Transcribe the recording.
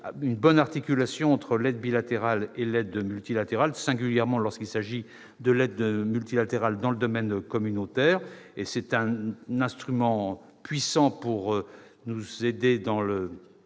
une bonne articulation entre l'aide bilatérale et l'aide multilatérale, singulièrement lorsqu'il s'agit d'aide multilatérale dans le domaine communautaire. Cette dernière constitue un instrument puissant pour nous aider à